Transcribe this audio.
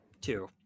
Two